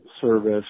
service